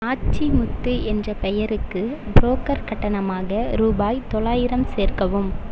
நாச்சிமுத்து என்ற பெயருக்கு புரோக்கர் கட்டணமாக ரூபாய் தொள்ளாயிரம் சேர்க்கவும்